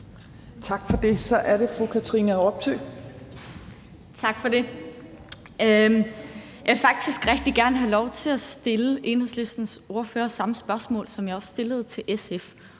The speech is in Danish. Robsøe. Kl. 15:42 Katrine Robsøe (RV): Tak for det. Jeg vil faktisk rigtig gerne have lov til at stille Enhedslistens ordfører samme spørgsmål, som jeg stillede til SF,